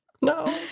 No